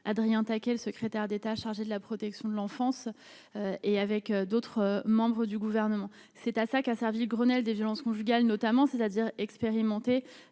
Adrien taquet, le secrétaire d'État chargée de la protection de l'enfance et avec d'autres membres du gouvernement, c'est à ça qu'a servi le Grenelle des violences conjugales notamment c'est-à-dire expérimenter